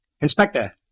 Inspector